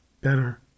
better